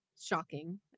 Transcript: shocking